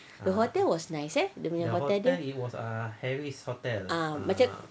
the hotel was nice eh dia punya hotel ah macam